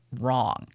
wrong